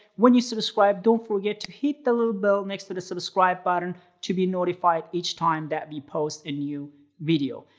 when you subscribe don't forget to hit the little bell next to the subscribe button to be notified each time that we post a new video.